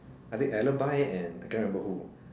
I think and I cannot remember who